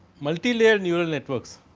multi laid newell networks.